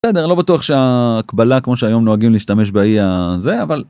בסדר, אני לא בטוח שה... הקבלה כמו שהיום נוהגים להשתמש בה היא ה... זה, אבל.